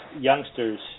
youngsters